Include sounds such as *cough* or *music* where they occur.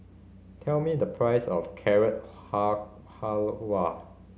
tell me the price of Carrot *unintelligible* Halwa